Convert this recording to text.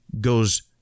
goes